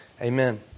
amen